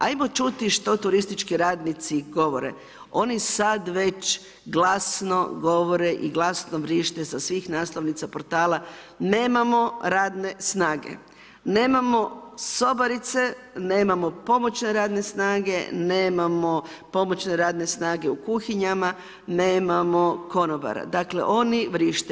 Ajmo čuti što turistički radnici govore, oni sada već glasno govore i glasno vrište sa svih naslovnica portala nemamo radne snage, nemamo sobarice, nemamo pomoćne radne snage, nemamo pomoćne radne snage u kuhinjama, nemamo konobara, dakle oni vrište.